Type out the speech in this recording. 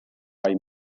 bai